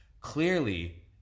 clearly